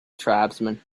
tribesman